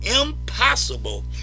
impossible